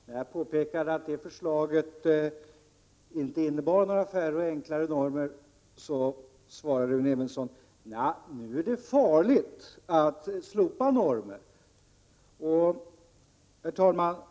När jag påpekade att det förslag som låg hos regeringen inte innebar några färre och enklare normer, svarade Rune Evensson att det är farligt att slopa normer. Herr talman!